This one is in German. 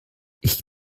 ich